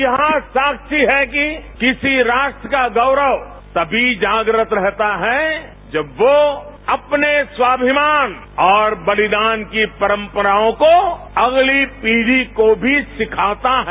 इतिहास साक्षी है कि किसी राष्ट्र का गौरव तभी जागृत रहता है जब वो अपने स्वामिमान और बलिदान की परंपरायों को अगली पीड़ी को भी सिखाता है